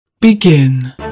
Begin